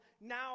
now